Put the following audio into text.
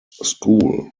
school